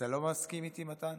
אתה לא מסכים איתי, מתן?